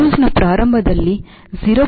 ಕ್ರೂಸ್ನ ಪ್ರಾರಂಭದಲ್ಲಿ 0